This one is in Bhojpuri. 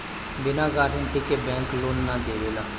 बिना गारंटी के बैंक लोन ना देवेला